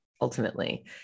ultimately